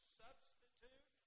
substitute